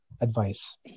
advice